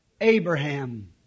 Abraham